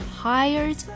Hired